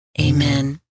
Amen